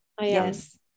yes